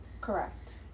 Correct